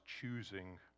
choosing